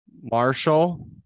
marshall